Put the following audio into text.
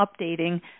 updating